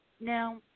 Now